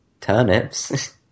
turnips